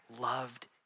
loved